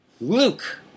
Luke